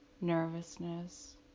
nervousness